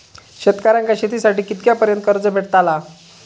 शेतकऱ्यांका शेतीसाठी कितक्या पर्यंत कर्ज भेटताला?